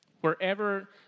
Wherever